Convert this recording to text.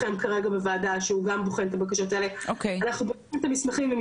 אנחנו בודקים את המסמכים ומשתכנעים שאכן נבצר מאותו עובד,